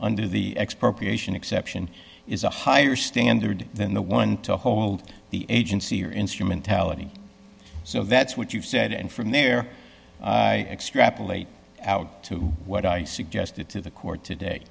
under the expropriation exception is a higher standard than the one to hold the agency or instrumentality so that's what you've said and from there i extrapolate out to what i suggested to the co